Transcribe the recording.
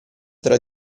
tra